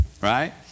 Right